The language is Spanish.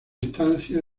instancia